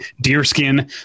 deerskin